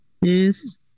Yes